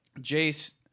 Jace